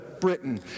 Britain